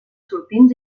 sortints